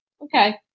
Okay